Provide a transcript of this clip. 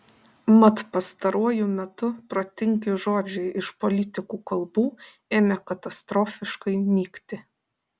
mat pastaruoju metu protingi žodžiai iš politikų kalbų ėmė katastrofiškai nykti